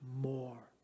more